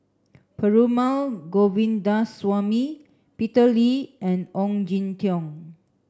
Perumal Govindaswamy Peter Lee and Ong Jin Teong